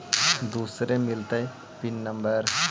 दुसरे मिलतै pin number?